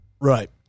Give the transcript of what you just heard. right